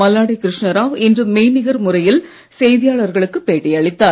மல்லாடி கிருஷ்ணா ராவ் இன்று மெய்நிகர் முறையில் செய்தியாளர்களுக்குப் பேட்டியளித்தார்